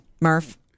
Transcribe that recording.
Murph